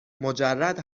مجرد